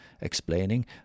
explaining